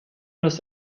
des